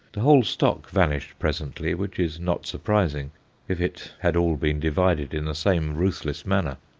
the whole stock vanished presently, which is not surprising if it had all been divided in the same ruthless manner.